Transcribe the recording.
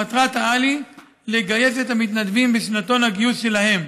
מטרת-העל היא לגייס את המתנדבים בשנתון הגיוס שלהם.